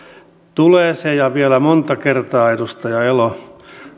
tulee se ja vielä monta kertaa edustaja elo